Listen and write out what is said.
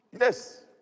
Yes